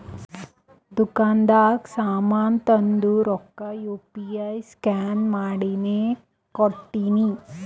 ದುಕಾಂದಾಗ್ ಸಾಮಾನ್ ತೊಂಡು ರೊಕ್ಕಾ ಯು ಪಿ ಐ ಸ್ಕ್ಯಾನ್ ಮಾಡಿನೇ ಕೊಟ್ಟಿನಿ